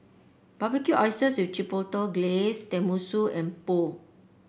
Barbecue Oysters with Chipotle Glaze Tenmusu and Pho